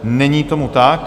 Není tomu tak.